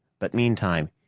but meantime,